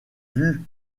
vus